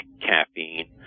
caffeine